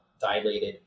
dilated